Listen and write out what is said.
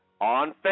on